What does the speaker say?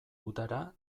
udara